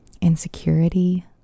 insecurity